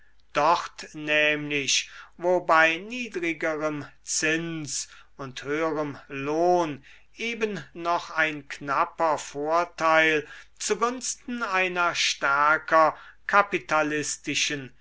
dort nämlich wo bei niedrigerem zins und höherem lohn eben noch ein knapper vorteil zu gunsten einer stärker kapitalistischen